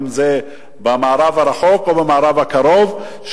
אם במערב הרחוק או במערב הקרוב,